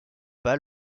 pas